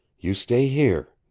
you stay here.